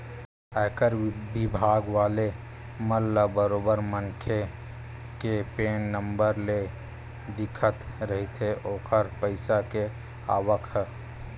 आयकर बिभाग वाले मन ल बरोबर मनखे के पेन नंबर ले दिखत रहिथे ओखर पइसा के आवक ह